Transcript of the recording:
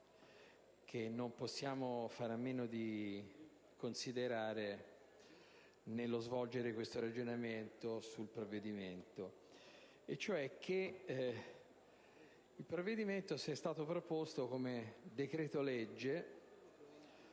che non possiamo fare a meno di considerare nello svolgere questo ragionamento sul provvedimento in primo luogo, il provvedimento è stato proposto come decreto-legge